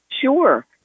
Sure